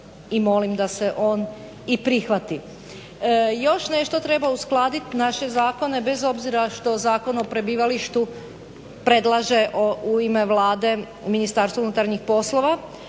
i molim da se on i prihvati. Još nešto treba uskladit naše zakone bez obzira što Zakon o prebivalištu predlaže u ime Vlade Ministarstvo unutarnjih poslova,